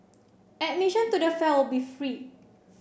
admission to the fair will be free